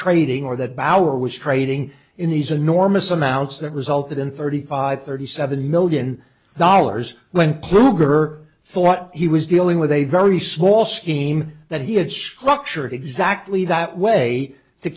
trading or that bauer was trading in these enormous amounts that resulted in thirty five thirty seven million dollars when her thought he was dealing with a very small scheme that he had structured exactly that way to